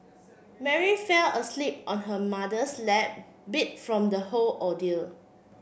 Mary fell asleep on her mother's lap beat from the whole ordeal